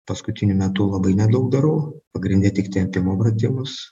paskutiniu metu labai nedaug darau pagrinde tik tempimo pratimus